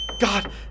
God